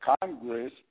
Congress